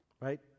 right